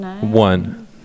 One